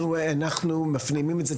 אנחנו מפנימים את זה.